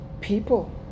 people